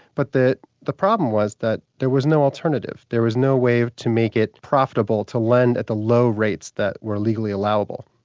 but the the problem was that there was no alternative, there was no way to make it profitable to lend at the low rates that were legally allowable.